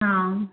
हाँ